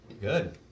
Good